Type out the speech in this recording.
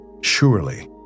Surely